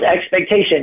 expectation